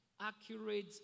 accurate